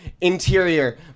Interior